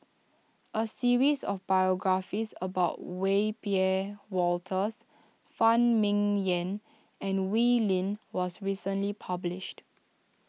a series of biographies about Wiebe Wolters Phan Ming Yen and Wee Lin was recently published